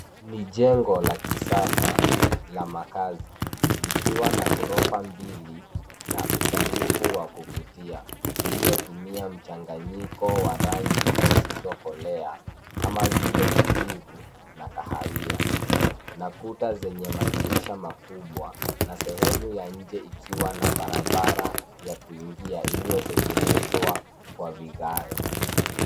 Ni jengo la kisasa la makazi ,likiwa na ghorofa mbili na usanifu wa kuvutia uliotumia mchanganyiko wa rangi zisizokolea, kama vile kijivu na kahawia na kuta zenye madirisha makubwa na sehemu ya nje ikiwa na barabara ya kuingia iliyotengenezwa kwa vigae.